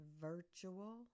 Virtual